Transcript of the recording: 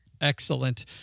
Excellent